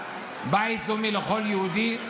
בית לאומי לכל יהודי.